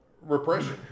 Repression